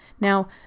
Now